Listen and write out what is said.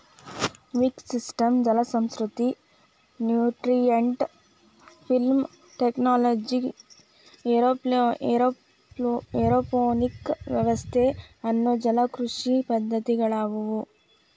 wick system ಜಲಸಂಸ್ಕೃತಿ, nutrient film technology, aeroponic ವ್ಯವಸ್ಥೆ ಅನ್ನೋ ಜಲಕೃಷಿ ಪದ್ದತಿಗಳದಾವು